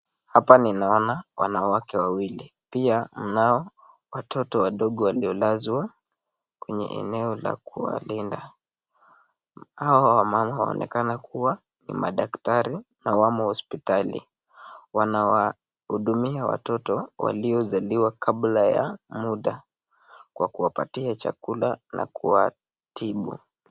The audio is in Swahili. Hapa ninaona wanawake wawili. Pia, mnao watoto wadogo waliolazwa kwenye eneo la kuwalinda. Hawa wamama waonekana kuwa ni madaktari na wamo hospitali. Wanawahudumia watoto waliozaliwa kabla ya muda, kwa kuwapatia chakula na kuwatibu.